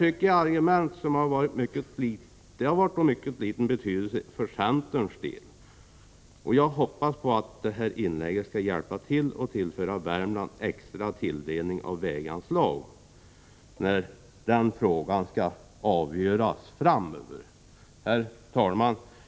Dessa argument tycks ha haft mycket liten betydelse för centern, men jag hoppas att detta mitt inlägg skall hjälpa till att tillföra Värmland extra tilldelning av väganslag, när den frågan framöver skall avgöras. Herr talman!